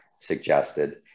suggested